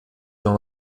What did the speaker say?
dans